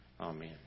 Amen